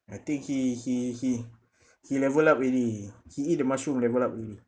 I think he he he he level up already he eat the mushroom level up already